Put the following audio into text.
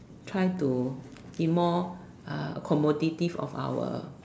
try to be more uh accommodative of our